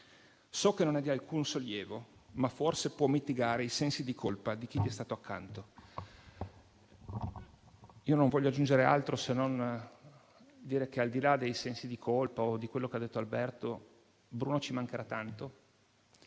«so che non è di alcun sollievo ma forse può mitigare i sensi di colpa di chi gli è stato accanto». Non voglio aggiungere altro se non dire che, al di là dei sensi di colpa o di quello che ha detto Alberto, Bruno ci mancherà tanto